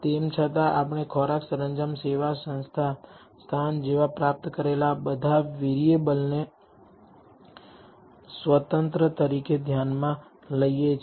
તેમ છતાં આપણે ખોરાક સરંજામ સેવા સ્થાન જેવા પ્રાપ્ત કરેલા આ બધા વેરીયેબલને સ્વતંત્ર તરીકે ધ્યાનમાં લઈએ છીએ